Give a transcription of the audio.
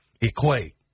equate